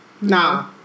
Nah